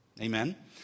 Amen